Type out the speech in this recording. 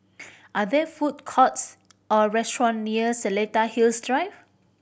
are there food courts or restaurant near Seletar Hills Drive